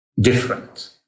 different